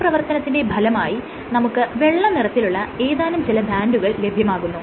ഈ പ്രവർത്തനത്തിന്റെ ഫലമായി നമുക്ക് വെള്ള നിറത്തിലുള്ള ഏതാനും ചില ബാൻഡുകൾ ലഭ്യമാകുന്നു